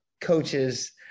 coaches